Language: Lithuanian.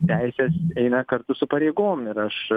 teisės eina kartu su pareigom ir aš